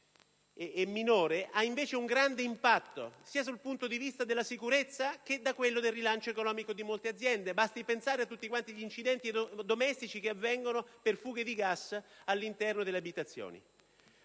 marginale, ha invece un grande impatto, sia dal punto di vista della sicurezza che da quello del rilancio economico di molte aziende: basti pensare agli incidenti domestici che avvengono per fughe di gas all'interno delle abitazioni.